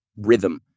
rhythm